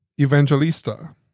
evangelista